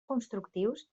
constructius